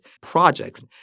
projects